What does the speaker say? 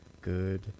good